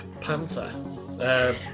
Panther